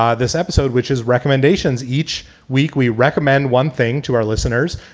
ah this episode, which is recommendation's, each week we recommend one thing to our listeners,